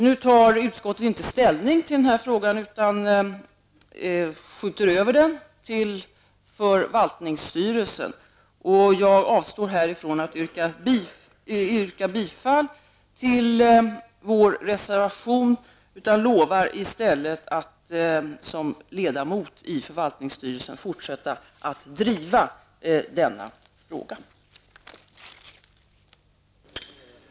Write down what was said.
Nu tar utskottet inte ställning i denna fråga, utan skjuter över den till förvaltningsstyrelsen. Jag avstår här från att yrka bifall till vår reservation, men lovar i stället att som ledamot i förvaltningsstyrelsen fortsätta att driva denna fråga.